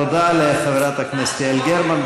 תודה לחברת הכנסת יעל גרמן.